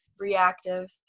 reactive